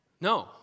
No